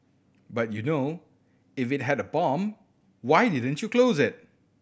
but you know if it had a bomb why didn't you close it